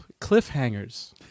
cliffhangers